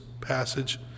passage